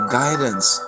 guidance